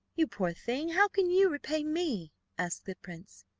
you poor thing! how can you repay me asked the prince.